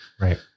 Right